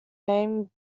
name